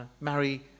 marry